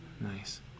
nice